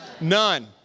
None